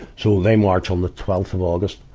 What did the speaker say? so they march on the twelfth of august.